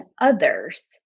others